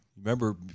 Remember